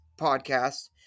podcast